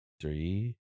Three